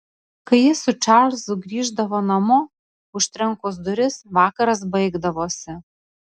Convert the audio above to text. kai ji su čarlzu grįždavo namo užtrenkus duris vakaras baigdavosi